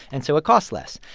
and so it costs less.